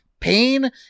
pain